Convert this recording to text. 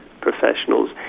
professionals